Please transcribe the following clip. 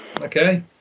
Okay